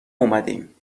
اومدیم